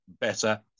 better